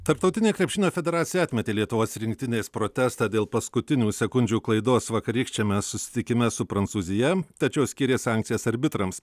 tarptautinė krepšinio federacija atmetė lietuvos rinktinės protestą dėl paskutinių sekundžių klaidos vakarykščiame susitikime su prancūzija tačiau skyrė sankcijas arbitrams